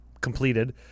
completed